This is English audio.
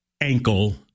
ankle